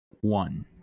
one